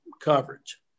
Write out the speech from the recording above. coverage